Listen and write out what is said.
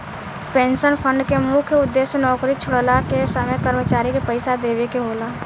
pension fund के मुख्य उद्देश्य नौकरी छोड़ला के समय कर्मचारी के पइसा देवेके होला